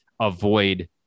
avoid